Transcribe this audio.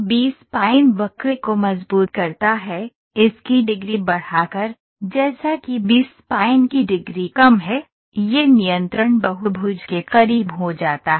B spline वक्र को मजबूत करता है इसकी डिग्री बढ़ाकर जैसा कि बी स्पाइन की डिग्री कम है यह नियंत्रण बहुभुज के करीब हो जाता है